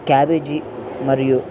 cabbage మరియు